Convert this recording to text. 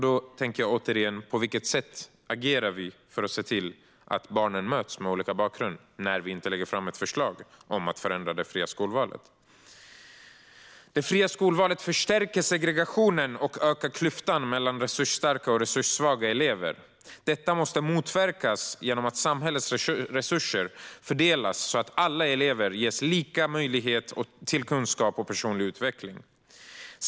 Då undrar jag igen: På vilket sätt agerar vi för att se till att barn med olika bakgrunder möts när vi inte lägger fram ett förslag om att förändra det fria skolvalet? I Socialdemokraternas partiprogram från 2013 står det: "Men det fria skolvalet förstärker segregationen och ökar klyftan mellan resursstarka och resurssvaga elever. Detta måste motverkas genom att samhällets resurser fördelas så att alla elever ges lika möjligheter till kunskap och personlig utveckling.